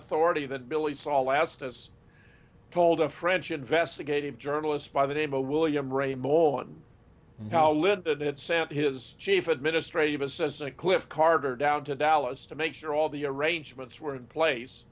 authority than billy saw last as told a french investigative journalist by the name of william rainbowland call it that sent his chief administrative assistant cliff carter down to dallas to make sure all the arrangements were in place